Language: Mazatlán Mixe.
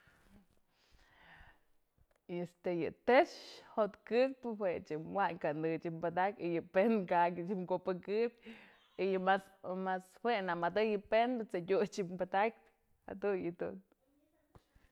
Este yë tëx jotkëp'pë jue yë wayn kanë ëch ji'ib padakpyë y yë penpë ka'ak ji'ib kubëkëp y yë mas jue, nëmëdëyë penbë t'sëdyut ji'ib padakpyë jadun yë dun.